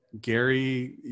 Gary